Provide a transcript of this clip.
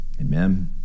Amen